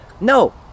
No